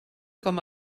com